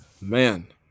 man